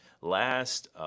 last